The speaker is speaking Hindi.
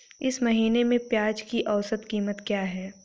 इस महीने में प्याज की औसत कीमत क्या है?